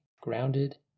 grounded